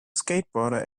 skateboarder